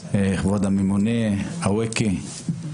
כבוד הממונה אווקה,